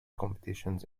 competitions